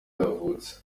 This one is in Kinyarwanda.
yavutse